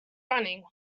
running